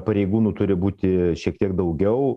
pareigūnų turi būti šiek tiek daugiau